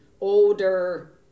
older